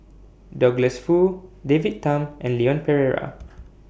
Douglas Foo David Tham and Leon Perera